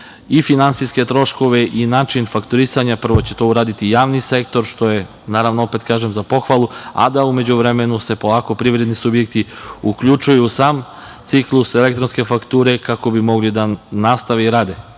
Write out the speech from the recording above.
finansijske troškove i način fakturisanja. Prvo će to uraditi javni sektor, što je za pohvalu, a da u međuvremenu se polako privredni subjekti uključuju u sam ciklus elektronske fakture, kako bi mogli da nastave da